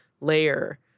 layer